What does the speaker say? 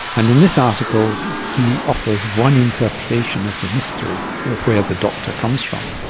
and in this article he offers one interpretation of the mystery of where the doctor comes from.